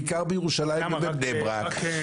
בעיקר ירושלים ובבני ברק.